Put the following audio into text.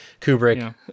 kubrick